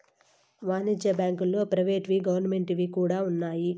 వాణిజ్య బ్యాంకుల్లో ప్రైవేట్ వి గవర్నమెంట్ వి కూడా ఉన్నాయి